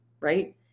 right